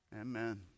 amen